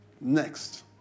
Next